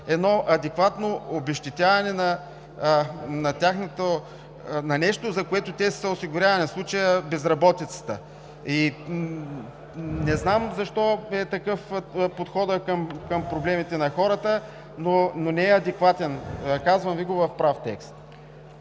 за адекватно обезщетяване на нещо, за което те са се осигурявали, в случая безработицата. Не знам защо е такъв подходът към проблемите на хората, но не е адекватен – казвам Ви го в прав текст.